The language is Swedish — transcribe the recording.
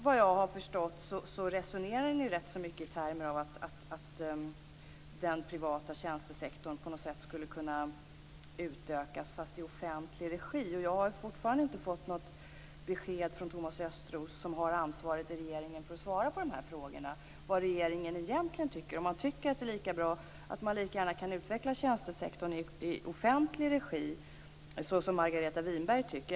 Ni resonerar i termer av att den privata tjänstesektorn skulle kunna utökas fast i offentlig regi. Jag har fortfarande inte fått något besked från Thomas Östros vad regeringen egentligen tycker, som har ansvaret i regeringen för att svara på dessa frågor. Tycker man att tjänstesektorn kan utvecklas i offentlig regi - som Margareta Winberg tycker?